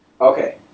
okay